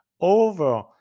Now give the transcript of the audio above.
over